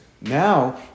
Now